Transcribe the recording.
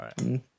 right